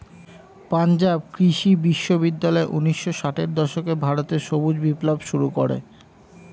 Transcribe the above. পাঞ্জাব কৃষি বিশ্ববিদ্যালয় ঊন্নিশো ষাটের দশকে ভারতে সবুজ বিপ্লব শুরু করে